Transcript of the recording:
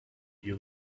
you